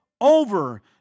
Over